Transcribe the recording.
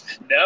No